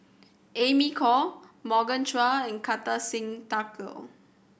Amy Khor Morgan Chua and Kartar Singh Thakral